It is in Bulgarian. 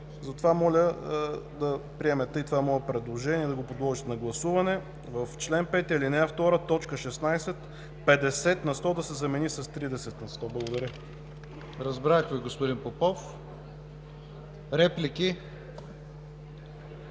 Разбрах Ви, господин Попов. Реплики?